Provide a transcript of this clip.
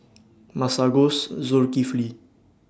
Masagos Zulkifli